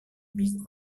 mise